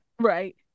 right